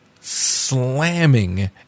slamming